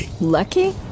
Lucky